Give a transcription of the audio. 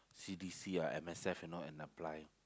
C_D_C or M_S_F you know and apply